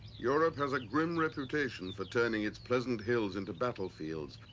europe has a grim reputation for turning its pleasant hills into battlefields.